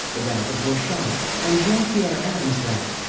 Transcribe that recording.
the ramp of borchardt, and jean pierre adam's ramp.